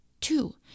Two